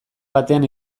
batean